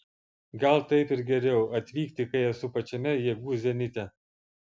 gal taip ir geriau atvykti kai esu pačiame jėgų zenite